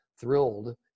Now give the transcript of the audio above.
thrilled